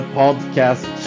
podcast